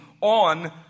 on